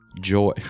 joy